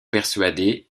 persuadée